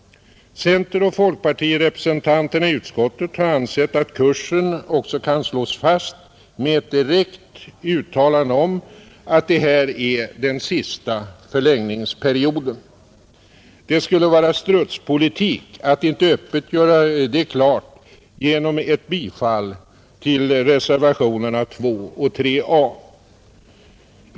Centeroch folkpartirepresentanterna i utskottet har ansett att kursen också kan slås fast med ett direkt uttalande om att det här är den sista förlängningsperioden. Det skulle vara strutspolitik att inte öppet göra det klart genom ett bifall till reservationerna 2 och 3 a.